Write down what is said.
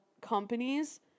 companies